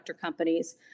companies